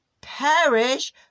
Perish